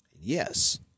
Yes